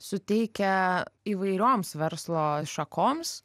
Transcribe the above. suteikia įvairioms verslo šakoms